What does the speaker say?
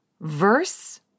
Verse